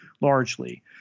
largely